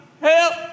help